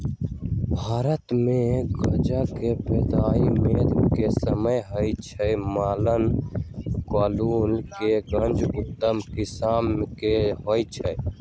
भारतमे गजा के बोआइ मेघ के समय होइ छइ, मलाना कुल्लू के गजा उत्तम किसिम के होइ छइ